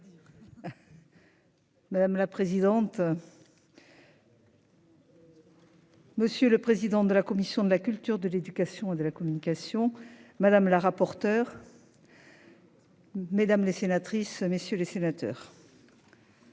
Madame la présidente.-- Monsieur le président de la commission de la culture de l'éducation et de la communication. Madame la rapporteure.-- Mesdames les sénatrices messieurs les sénateurs.--